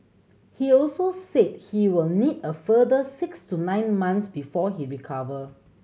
he also said he will need a further six to nine months before he recover